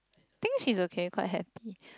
think she's okay quite happy